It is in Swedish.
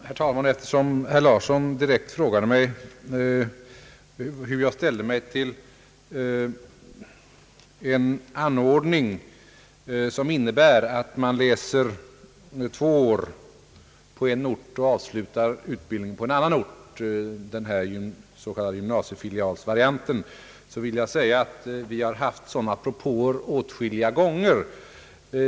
Herr talman! Eftersom herr Larsson direkt frågade mig om hur jag ställer mig till den så kallade gymnasiefilialvarianten, som innebär att man läser två år på en ort och avslutar utbildningen på en annan ort, vill jag säga att vi åtskilliga gånger fått sådana propåer.